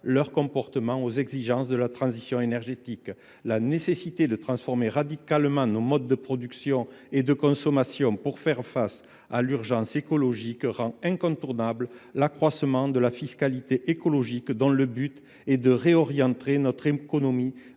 leurs comportements aux exigences de la transition écologique. La nécessité de transformer radicalement nos modes de production et de consommation pour faire face à l’urgence écologique rend incontournable l’accroissement de la fiscalité écologique, dont le but est de réorienter notre économie